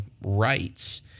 rights